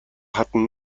hatten